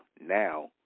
now